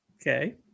Okay